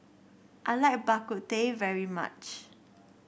I like Bak Kut Teh very much